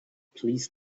please